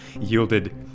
yielded